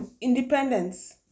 independence